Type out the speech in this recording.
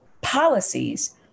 policies